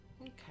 Okay